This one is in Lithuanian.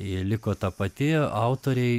ji liko ta pati autoriai